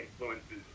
influences